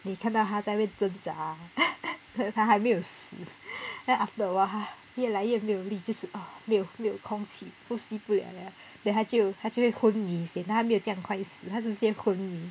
你看到它在那边争执 它还没有死 then after awhile 它越来越没有力就是哦没有没有空气呼吸不了 leh then 它就它就会昏迷先它还没有这样快死它直接昏迷